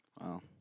Wow